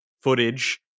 footage